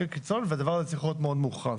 קיצון והדבר הזה צריך להיות מאוד מורחב.